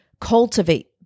cultivate